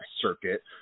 circuit